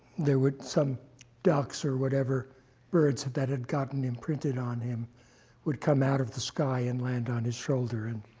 there were some ducks or whatever birds that had gotten imprinted on him would come out of the sky and land on his shoulder, and